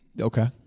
Okay